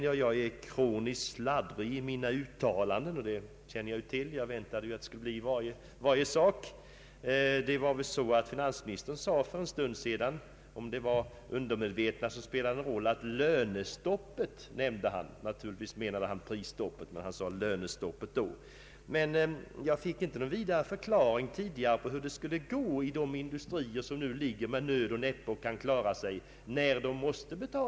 Jag är ”kroniskt sladdrig” i mina uttalanden, och jag känner ju till finansministerns sätt att haspla ur sig invektiv. Finansministern talade för en stund sedan om ”lönestoppet”. Om det var det omedvetna som spelade in vet jag inte men han sa så, men jag förmodar att han menade ”prisstoppet”. Men jag fick inte någon förklaring till hur det skulle gå när de industrier som nu med nöd och näppe kan klara sig måste betala en lönehöjning.